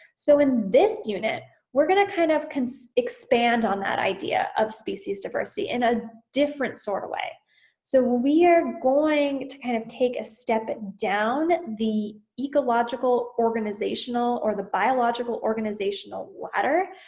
so in this unit we're gonna kind of so expand on that idea of species diversity in a different sort of way. so we are going to kind of take a step and down the ecological organizational, or the biological organizational ladder.